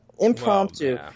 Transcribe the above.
impromptu